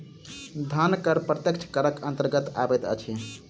धन कर प्रत्यक्ष करक अन्तर्गत अबैत अछि